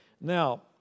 Now